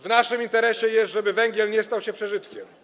W naszym interesie jest, żeby węgiel nie stał się przeżytkiem.